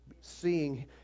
seeing